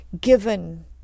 given